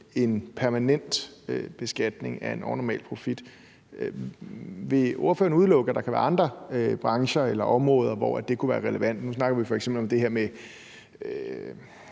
en permanent beskatning af en overnormal profit. Vil ordføreren udelukke, at der kan være andre brancher eller områder, hvor det kunne være relevant? Nu snakker vi f.eks. om det her med